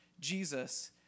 Jesus